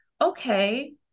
okay